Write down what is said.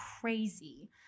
crazy